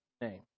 name